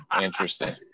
Interesting